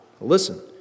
Listen